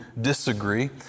disagree